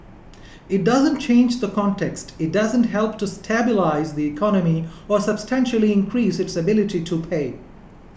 it doesn't change the context it doesn't help to stabilise the economy or substantially increase its ability to pay